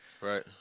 right